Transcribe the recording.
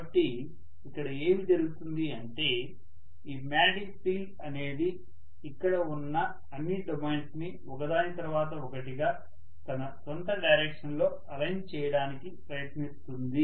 కాబట్టి ఇక్కడ ఏమి జరుగుతుంది అంటే ఈ మాగ్నెటిక్ ఫీల్డ్ అనేది ఇక్కడ ఉన్న అన్ని డొమైన్స్ ని ఒక దాని తర్వాత ఒకటిగా తన స్వంత డైరెక్షన్ లో అలైన్ చేయడానికి ప్రయత్నిస్తుంది